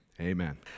Amen